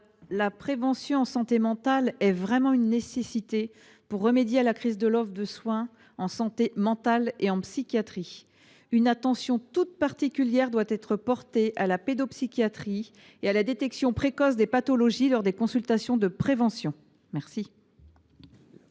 La prévention en santé mentale est une nécessité pour remédier à la crise de l’offre de soins en santé mentale et en psychiatrie. Une attention toute particulière doit être portée à la pédopsychiatrie et à la détection précoce des pathologies lors des consultations de prévention. Quel